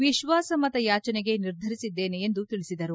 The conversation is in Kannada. ವಿಶ್ವಾಸಮತ ಯಾಚನೆಗೆ ನಿರ್ಧರಿಸಿದ್ದೇನೆ ಎಂದು ತಿಳಿಸಿದರು